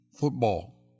football